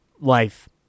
life